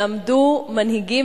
אחרי הרבה מאוד שנים שעמדו מנהיגים